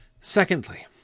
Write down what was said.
Secondly